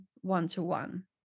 one-to-one